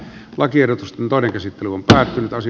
lakiehdotus tarkensi tähän taisi